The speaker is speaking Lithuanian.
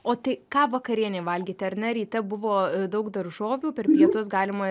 o tai ką vakarienei valgyti ar ne ryte buvo daug daržovių per pietus galima